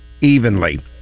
evenly